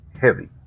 heavy